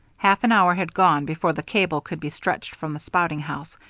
half an hour had gone before the cable could be stretched from the spouting house,